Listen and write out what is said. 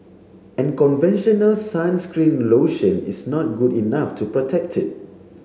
and conventional sunscreen lotion is not good enough to protect it